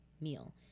meal